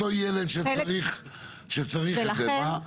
אותו ילד שצריך את זה, מה התוצאה של זה?